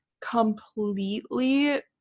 completely